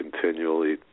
continually